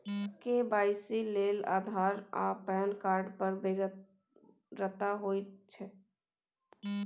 KYC लेल आधार आ PAN card केर बेगरता होइत छै